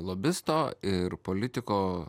lobisto ir politiko